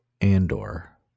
Andor